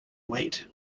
wait